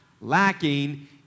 lacking